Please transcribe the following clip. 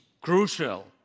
crucial